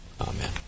Amen